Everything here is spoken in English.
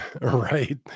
Right